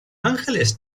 angeles